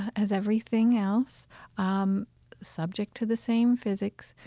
as everything else um subject to the same physics.